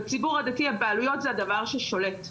בציור הדתי הבעלויות זה הדבר ששולט.